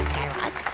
guy raz?